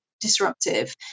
disruptive